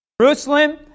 Jerusalem